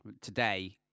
today